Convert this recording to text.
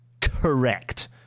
Correct